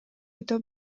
өтө